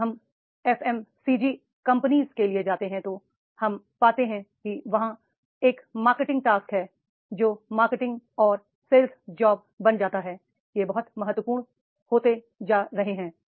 जब हम एफएमसीजी कंपनियों के लिए जाते हैं तो हम पाते हैं कि वहां एक मा र्के टिंग टास्क है जो marketing and sales job बन जाता है वे बहुत महत्वपूर्ण होते जा रहे हैं